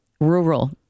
rural